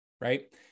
Right